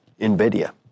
NVIDIA